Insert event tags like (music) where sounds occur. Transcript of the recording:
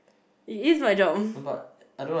it is my job (breath)